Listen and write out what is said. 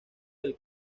del